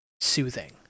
soothing